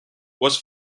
was